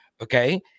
Okay